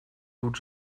тут